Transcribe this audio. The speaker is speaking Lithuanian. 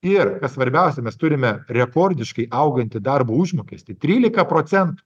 ir kas svarbiausia mes turime rekordiškai augantį darbo užmokestį trylika procentų